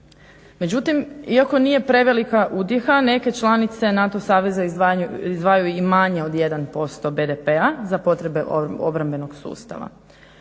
Međutim, iako nije prevelika utjeha neke članice NATO saveza izdvajaju i manje od 1% BDP-a za potrebe obrambenog sustava.